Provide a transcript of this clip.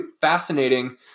fascinating